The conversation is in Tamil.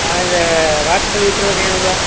அது வாட்டர் சர்வீஸும் செய்யணுங்களா